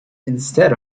instead